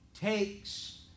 takes